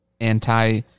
anti